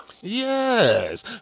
Yes